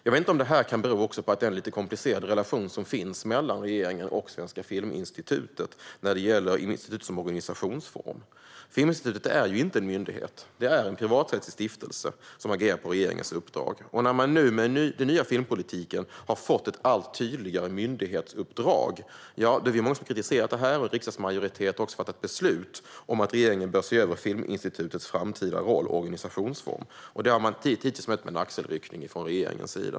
Jag vet inte om situationen också kan bero på den lite komplicerade relation som finns mellan regeringen och Svenska Filminstitutet när det gäller institutet som organisationsform. Filminstitutet är inte en myndighet, utan det är en privaträttslig stiftelse som agerar på regeringens uppdrag. När man med den nya filmpolitiken nu har fått ett allt tydligare myndighetsuppdrag är vi många som har kritiserat det, och en riksdagsmajoritet har fattat beslut om att regeringen bör se över Filminstitutets framtida roll och organisationsform. Det har regeringen hittills mött med en axelryckning.